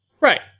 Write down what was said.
Right